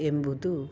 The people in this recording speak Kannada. ಎಂಬುದು